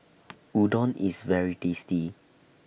Udon IS very tasty